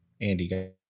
Andy